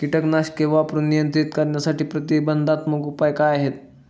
कीटकनाशके वापरून नियंत्रित करण्यासाठी प्रतिबंधात्मक उपाय काय आहेत?